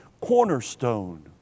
cornerstone